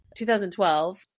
2012